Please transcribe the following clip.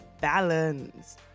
balance